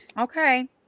okay